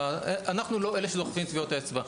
אנחנו לא אלה שדוחפים טביעות אצבע,